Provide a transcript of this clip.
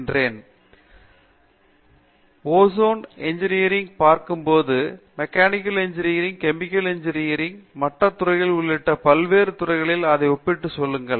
பேராசிரியர் பிரதாப் ஹரிதாஸ் சரி ஓசான் இன்ஜினியரில் ப் பார்க்கும்போது மெக்கானிக்கல் இன்ஜினியரில் கெமிக்கல் இன்ஜினியரில் மற்ற துறைகலள் உள்ளிட்ட பல்வேறு துறைகளில் அதை ஒப்பிட்டு சொல்லுங்கள்